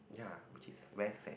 ya which is very sad